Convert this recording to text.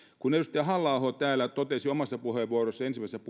edustaja halla aho täällä totesi omassa puheenvuorossaan ensimmäisessä